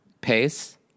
Pace